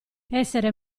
essere